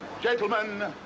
Gentlemen